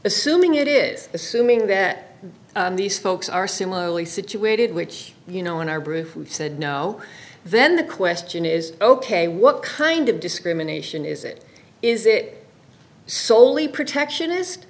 assuming it is assuming that these folks are similarly situated which you know in our brew said no then the question is ok what kind of discrimination is it is it soley protectionist